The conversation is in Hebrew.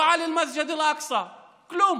לא על אל-מסג'ד אל-אקצא, כלום.